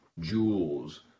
jewels